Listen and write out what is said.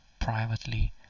privately